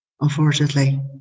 unfortunately